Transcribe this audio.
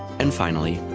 and finally,